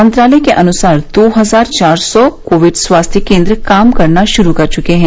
मंत्रालय के अनुसार दो हजार चार सौ कोविड स्वास्थ्य केंद्र काम करना शुरू कर चूके हैं